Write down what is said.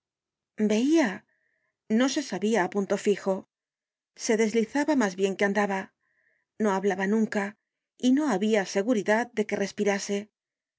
veia no se sabia á punto fijo se deslizaba mas bien que andaba no hablaba nunca y no habia seguridad de que respirase